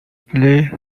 plais